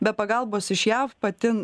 be pagalbos iš jav pati